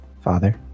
Father